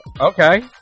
Okay